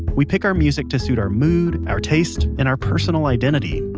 we pick our music to suit our mood, our taste, and our personal identity.